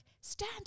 Stand